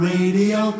Radio